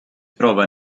trova